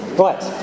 Right